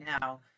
now